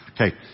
Okay